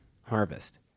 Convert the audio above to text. Harvest